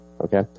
okay